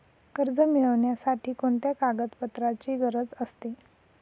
कर्ज मिळविण्यासाठी कोणत्या कागदपत्रांची गरज असते?